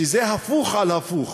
שזה הפוך על הפוך,